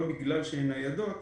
לא בגלל שהן ניידות,